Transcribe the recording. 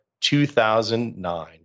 2009